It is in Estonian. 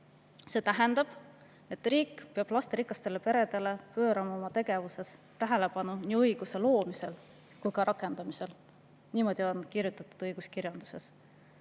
See tähendab, et riik peab lasterikastele peredele pöörama oma tegevuses tähelepanu, nii õiguse loomisel kui ka rakendamisel. Niimoodi on kirjutatud õiguskirjanduses.